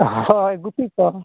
ᱦᱳᱭ ᱜᱩᱯᱤ ᱠᱚ